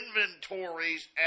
inventories